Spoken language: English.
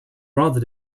rather